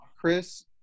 Chris